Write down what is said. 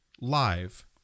live